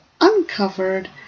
uncovered